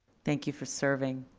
thank you for serving.